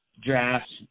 Drafts